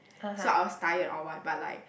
so I was tired or what but like